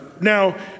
Now